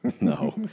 no